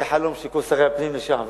זה חלום של כל שרי הפנים לשעבר,